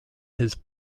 his